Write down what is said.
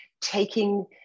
taking